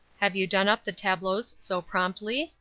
have you done up the tableaux so promptly?